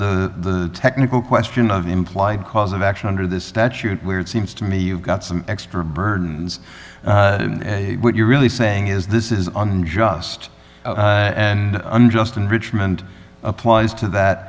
the technical question of implied cause of action under this statute where it seems to me you've got some extra burdens what you're really saying is this is unjust and unjust enrichment applies t